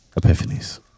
Epiphanies